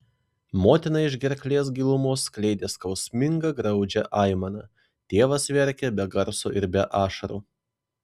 motina iš gerklės gilumos skleidė skausmingą graudžią aimaną tėvas verkė be garso ir be ašarų